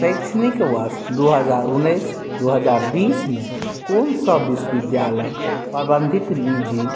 शैक्षणिक वर्ष दू हजार उन्नैस दू हजार बीसमे कोन सभ विश्वविद्यालय प्रबन्धित निजी